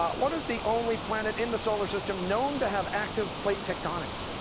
um what is the only planet in the solar system known to have active plate tectonics?